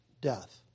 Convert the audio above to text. death